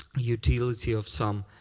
utility of some